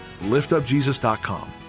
liftupjesus.com